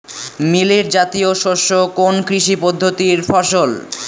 Millet জাতীয় শস্য কোন কৃষি পদ্ধতির ফসল?